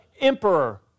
emperor